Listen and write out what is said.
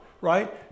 right